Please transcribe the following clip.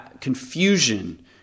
confusion